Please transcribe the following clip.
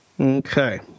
Okay